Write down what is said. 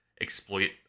exploit